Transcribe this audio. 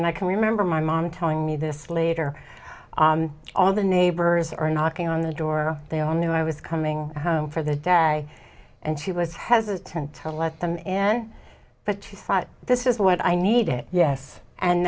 and i can remember my mom telling me this later all the neighbors are knocking on the door they all knew i was coming home for the day and she was hesitant to let them in but she thought this is what i need it yes and